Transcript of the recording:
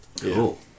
Cool